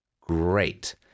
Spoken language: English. Great